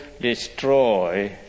destroy